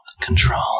control